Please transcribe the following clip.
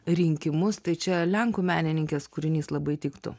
rinkimus tai čia lenkų menininkės kūrinys labai tiktų